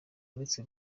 uretse